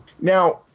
now